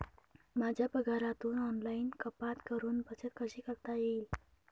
माझ्या पगारातून ऑनलाइन कपात करुन बचत कशी करता येईल?